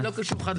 לאיזה מדינות?